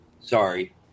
Sorry